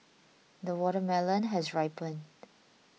the watermelon has ripened